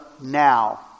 now